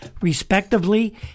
respectively